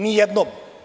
Nijednom.